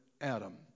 Adam